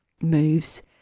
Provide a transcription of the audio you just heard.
moves